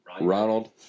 Ronald